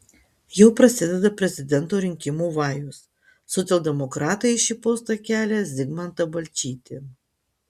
jau prasideda prezidento rinkimų vajus socialdemokratai į šį postą kelią zigmantą balčytį